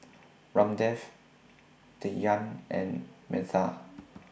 Ramdev Dhyan and Medha